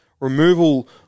Removal